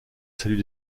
salut